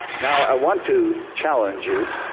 now, i want to challenge you.